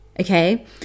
Okay